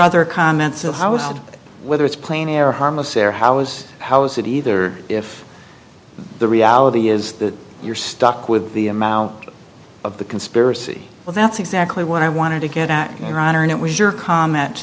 other comments of house whether it's plane air harmless air how was how was it either if the reality is that you're stuck with the amount of the conspiracy well that's exactly what i wanted to get at your honor and it was your comment